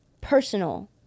personal